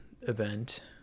event